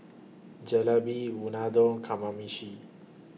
Jalebi Unadon Kamameshi